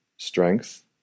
strength